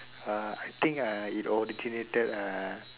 uh I think ah it originated ah